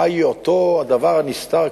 מה הוא אותו דבר נסתר,